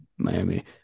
Miami